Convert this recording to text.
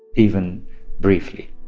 even briefly